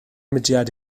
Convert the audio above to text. mudiad